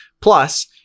plus